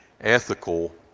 ethical